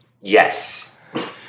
Yes